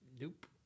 Nope